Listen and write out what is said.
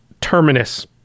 Terminus